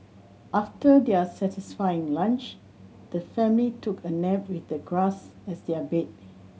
after their satisfying lunch the family took a nap with the grass as their bed